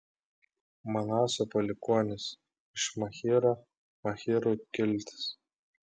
manaso palikuonys iš machyro machyrų kiltis